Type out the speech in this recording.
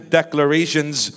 declarations